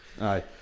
Aye